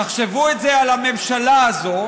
תחשבו את זה על הממשלה הזו.